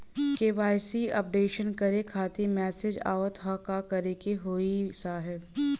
KYC updation करें खातिर message आवत ह का करे के होई साहब?